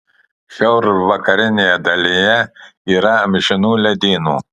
šiaurvakarinėje dalyje yra amžinų ledynų